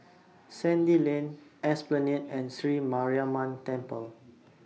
Sandy Lane Esplanade and Sri Mariamman Temple